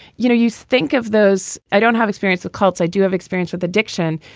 you know, you think of those i don't have experience of cults. i do have experience with addiction.